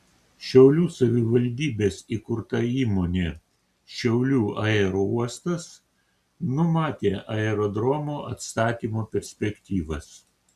šiaulių savivaldybės įkurta įmonė šiaulių aerouostas numatė aerodromo atstatymo perspektyvas